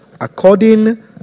According